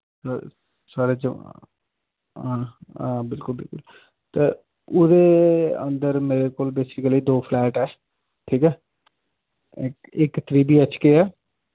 हां हां बिलकुल बिलकुल ते उदे अंदर मेरे कोल बेसीकली दो फ्लैट ऐ ठीक ऐ इक इक थ्री बी एच के ऐ